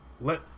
let